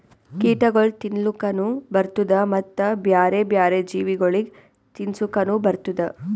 ಕೀಟಗೊಳ್ ತಿನ್ಲುಕನು ಬರ್ತ್ತುದ ಮತ್ತ ಬ್ಯಾರೆ ಬ್ಯಾರೆ ಜೀವಿಗೊಳಿಗ್ ತಿನ್ಸುಕನು ಬರ್ತ್ತುದ